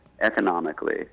economically